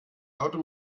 lauter